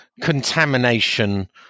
contamination